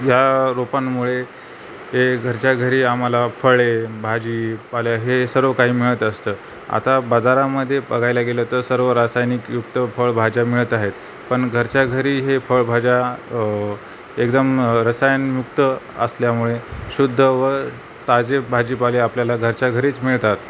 या रोपांमुळे हे घरच्या घरी आम्हाला फळे भाजीपाला हे सर्व काही मिळत असतं आता बाजारामध्ये बघायला गेलं तर सर्व रासायनिकयुक्त फळभाज्या मिळत आहेत पण घरच्या घरी हे फळभाज्या एकदम रसायनमुक्त असल्यामुळे शुद्ध व ताजे भाजीपाले आपल्याला घरच्या घरीच मिळतात